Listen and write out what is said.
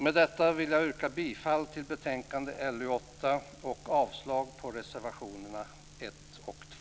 Med detta vill jag yrka bifall till hemställan i lagutskottets betänkande 8 och avslag på reservationerna 1 och 2.